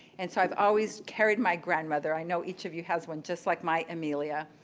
and so i've always carried my grandmother. i know each of you has one just like my amelia.